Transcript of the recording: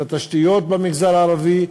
של התשתיות במגזר הערבי,